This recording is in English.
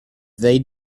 they